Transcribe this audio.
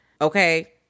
Okay